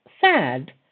sad